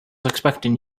expecting